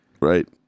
Right